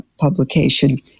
publication